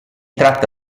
tratta